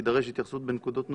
תידרש בנקודות נוספות,